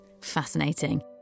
fascinating